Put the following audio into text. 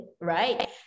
right